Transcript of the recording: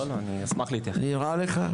נראה לך?